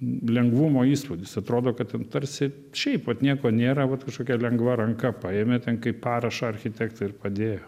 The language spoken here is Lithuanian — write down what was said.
lengvumo įspūdis atrodo kad ten tarsi šiaip vat nieko nėra vat kažkokia lengva ranka paėmė ten kaip parašą architektai ir padėjo